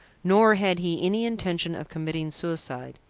nor had he any intention of committing suicide.